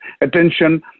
attention